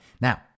Now